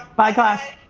bye class.